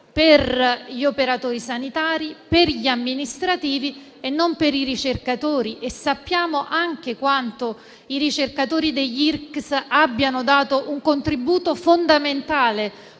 per gli operatori sanitari, per gli amministrativi e non per i ricercatori. Sappiamo anche quanto i ricercatori degli IRCCS abbiano dato un contributo fondamentale